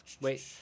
Wait